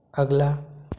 अगला